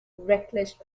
reckless